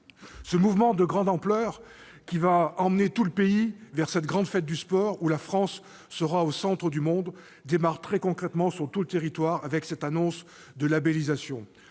Ce mouvement de grande ampleur, qui va emmener tout le pays vers cette grande fête du sport, où la France sera au centre du monde, démarre très concrètement sur tout le territoire avec cette annonce de labellisation.